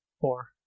four